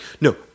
no